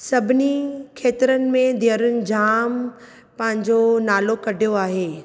सभिनी खेतरनि में धीअरुनि जाम पंहिंजो नालो कढियो आहे